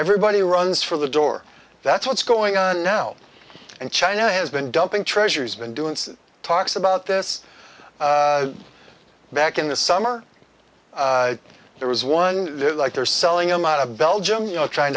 everybody runs for the door that's what's going on now and china has been dumping treasuries been doing talks about this back in the summer there was one like they're selling him out of belgium you know trying